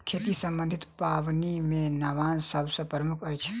खेती सम्बन्धी पाबनि मे नवान्न सभ सॅ प्रमुख अछि